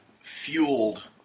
fueled